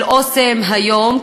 של "אסם" היום,